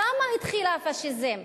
שם התחיל הפאשיזם,